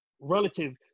relative